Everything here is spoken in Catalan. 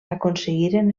aconseguiren